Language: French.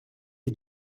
est